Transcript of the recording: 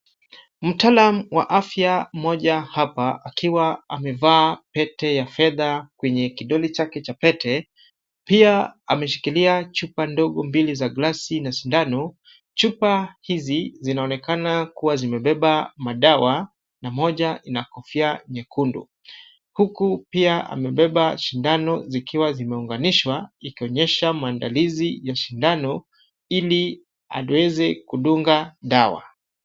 Mtaalam wa afya mmoja hapa akiwa amevaa pete ya fedha kwenye kidole chake cha pete pia ameshikilia chupa ndogo mbili za glasi na sindano. Chupa hizi zinaonekana kuwa zimebeba madawa na moja ina kofia nyekundu huku pia amebeba sindano zikiwa zimeunganishwa ikionyesha maandalizi ya sindano ili aweze kudunga dawa.